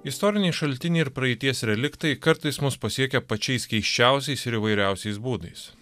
istoriniai šaltiniai ir praeities reliktai kartais mus pasiekia pačiais keisčiausiais ir įvairiausiais būdais